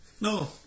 No